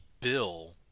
bill